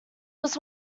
was